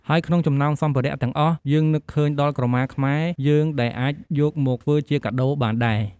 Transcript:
ហើយក្នុងចំណោមសម្ភារះទាំងអស់ យើងនឺកឃើញដល់ក្រមាខ្មែរយើងដែលអាចយកមកធ្វើជាការដូបានដែរ។